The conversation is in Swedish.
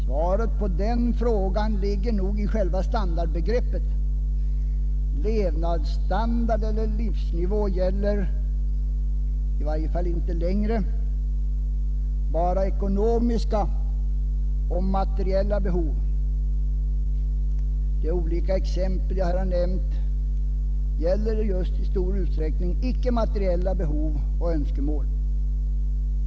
Svaret på den frågan ligger nog i själva standardbegreppet. Levnadsstandard eller livsnivå gäller i varje fall numera inte bara ekonomiska och materiella behov. De olika exempel jag här har nämnt avser just i stor utsträckning icke-materiella behov och önskemål.